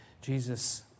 Jesus